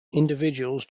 individuals